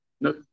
No